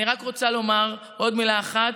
אני רק רוצה לומר עוד מילה אחת.